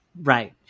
right